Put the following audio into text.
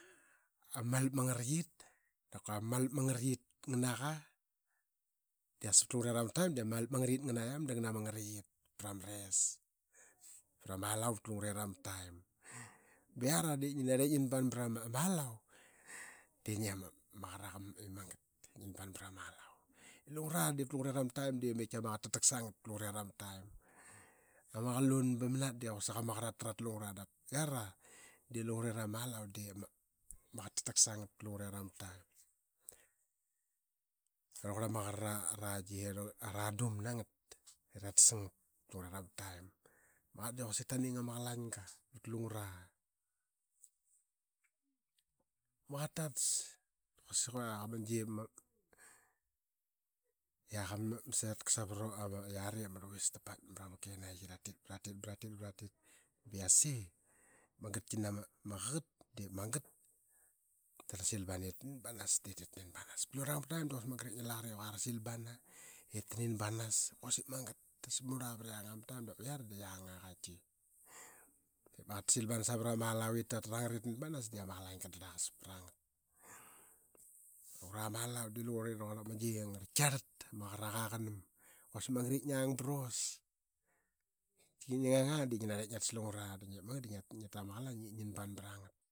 Malap ma ngarait nganaqi da ma ngarait pra ma res dap kua ama alau vat lungrera ma taim. Iara ba ip vip ba ngi i magat ip nginban prama alau. Lungera dii vat lungera ma taim dii mekla ma qaqet ta taksal ngat pat lungera ma taim. Ama qalun ba ma nat dii quasik i ama qaqet ta tak sa ngat pat lungera ama taim. Raqurl ama gi i ama qaqet ara ama qalanga vat lungra ip ta tas. Yia qa mas sitka savra yiari ama rluis i ra paikmat mra ma kenayi. Ratit ba ratit ba ratit ba ip yase magat ki na ma qaqet diip magat da ra sil bana savra ma alua ip ta nin banas dii ama qalanga darlaqas pra ngat. Lungura ama alau dii raquel ama gi i ngara tiarlat ama qaqaraqa aqnamba quasik magat ip ngiang ba us. Tika ip nngi ngang aa dii ngi narl ip ngia tas lungura. Magat da ngiat tara qalang da ngianban pra ngat.